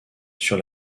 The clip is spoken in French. sur